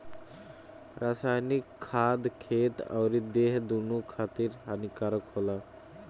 रासायनिक खाद खेत अउरी देह दूनो खातिर हानिकारक होला